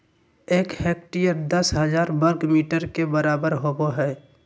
एक हेक्टेयर दस हजार वर्ग मीटर के बराबर होबो हइ